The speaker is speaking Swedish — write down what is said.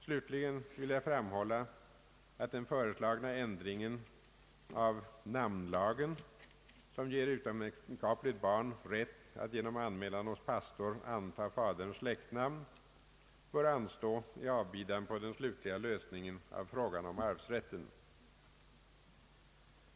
Slutligen vill jag framhålla, att den föreslagna ändringen av namnlagen, som ger utomäktenskapligt barn rätt att genom anmälan hos pastor anta faderns släktnamn, bör anstå i avbidan på den slutliga lösningen av frågan om arvsrätten.